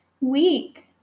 week